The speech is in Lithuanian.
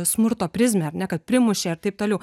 smurto prizmę ar ne kad primušė ir taip toliau